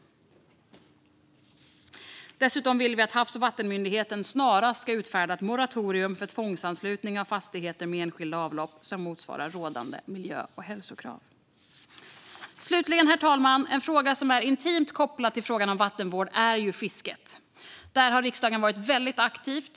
Dessutom vill vi att Havs och vattenmyndigheten snarast ska utfärda ett moratorium för tvångsanslutning av fastigheter med enskilda avlopp som motsvarar rådande miljö och hälsokrav. Slutligen, herr talman - en fråga som är intimt kopplad till frågan om vattenvård är fisket. Där har riksdagen varit väldigt aktiv.